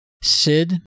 Sid